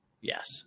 Yes